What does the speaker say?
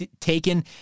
taken